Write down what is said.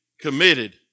committed